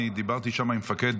אני דיברתי שם עם מפקד,